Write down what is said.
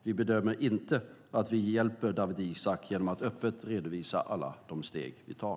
Vi bedömer inte att vi hjälper Dawit Isaak genom att öppet redovisa alla de steg vi tar.